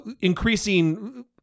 increasing